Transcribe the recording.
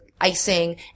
icing